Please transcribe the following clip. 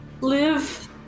live